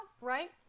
right